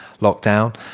lockdown